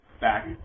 back